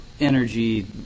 energy